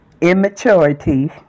Immaturity